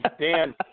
Dan